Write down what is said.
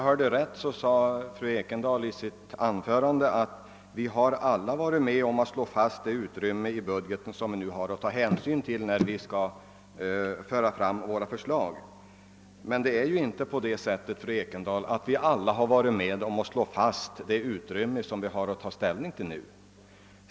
Herr talman! Fru Ekendahl sade att vi alla har varit med om att fastställa det utrymme i budgeten som vi har att röra oss inom när vi framlägger våra förslag. Nej, fru Ekendahl, vi har inte alla varit med om att fastställa det utrymmet.